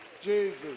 Jesus